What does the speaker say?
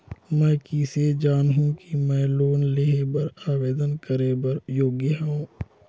मैं किसे जानहूं कि मैं लोन लेहे बर आवेदन करे बर योग्य हंव?